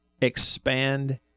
expand